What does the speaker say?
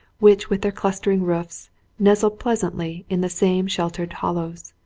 which with their clustering roofs nestle pleasantly in the same sheltered hollows.